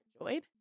enjoyed